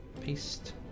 paste